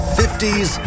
50s